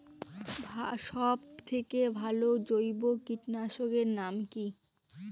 সব থেকে ভালো জৈব কীটনাশক এর নাম কি?